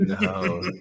No